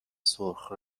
سرخ